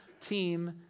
team